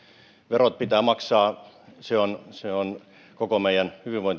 verot pitää maksaa on koko meidän hyvinvointimme perusta että verot kerätään